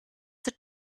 the